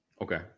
okay